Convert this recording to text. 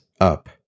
up